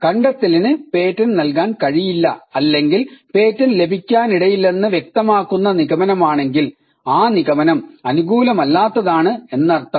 കണ്ടെത്തലിന് patent നൽകാൻ കഴിയില്ല അല്ലെങ്കിൽ പേറ്റന്റ് ലഭിക്കാനിടയില്ലെന്ന് വ്യക്തമാക്കുന്ന നിഗമനമാണെങ്കിൽ ആ നിഗമനം അനുകൂലമല്ലാത്തതാണ് എന്നർത്ഥം